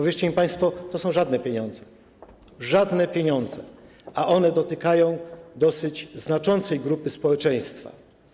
Wierzcie mi państwo, to są żadne pieniądze, żadne pieniądze, a dotyczą dosyć znaczącej grupy społeczeństwa.